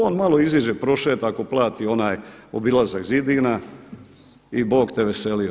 On malo iziđe, prošeta, ako plati onaj obilazak zidina i Bog te veselio.